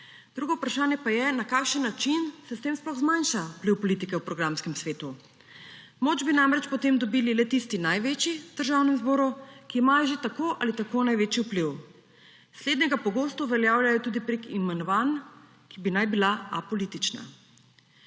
Drugo vprašanje pa je, na kakšen način se s tem sploh zmanjša vpliv politike v programskem svetu. Moč bi namreč potem dobili le tisti največji v Državnem zboru, ki imajo že tako ali tako največji vpliv. Slednjega pogosto uveljavljajo tudi preko imenovanj, ki bi naj bila apolitična.